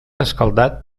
escaldat